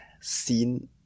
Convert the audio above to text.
seen